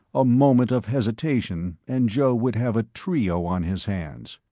a moment of hesitation and joe would have a trio on his hands.